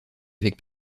avec